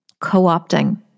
co-opting